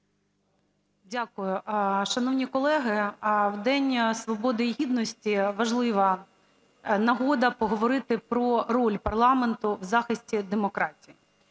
Дякую. Шановні колеги, в День Свободи і Гідності важлива нагода поговорити про роль парламенту в захисті демократії,